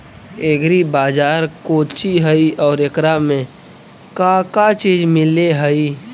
Agri बाजार कोची हई और एकरा में का का चीज मिलै हई?